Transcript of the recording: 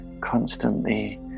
constantly